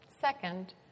Second